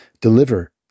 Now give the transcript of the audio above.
deliver